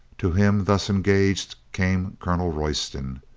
to him thus engaged came colonel royston.